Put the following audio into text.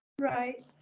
Right